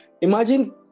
imagine